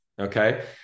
Okay